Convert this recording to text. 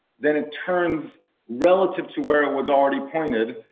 then it turns relative to where it was already pointed,